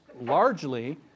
largely